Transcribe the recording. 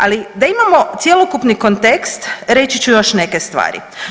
Ali da imamo cjelokupni kontekst reći ću još neke stvari.